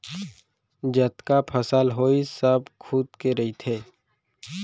जतका फसल होइस सब खुद के रहिथे